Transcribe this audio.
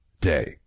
day